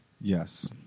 Yes